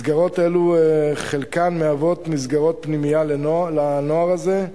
מסגרות אלו חלקן מהוות מסגרות פנימייה לנוער הזה,